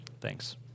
Thanks